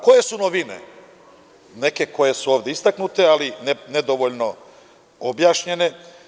Koje su novine neke koje su ovde istaknute, ali nedovoljno objašnjene?